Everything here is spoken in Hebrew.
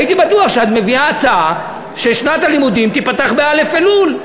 הייתי בטוח שאת מביאה הצעה ששנת הלימודים תיפתח בא' באלול.